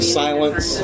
silence